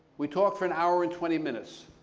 we talked for an hour and twenty minutes.